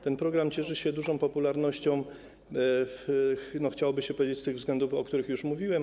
Ten program cieszy się dużą popularnością, chciałoby się powiedzieć, z tych względów, o których już mówiłem.